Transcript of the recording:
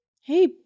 Hey